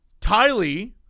Tylee